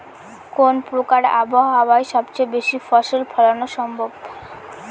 কোন প্রকার আবহাওয়ায় সবচেয়ে বেশি ফসল ফলানো সম্ভব হয়?